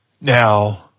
Now –